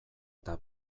eta